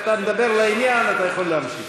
אתה מדבר לעניין, אתה יכול להמשיך.